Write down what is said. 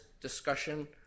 discussion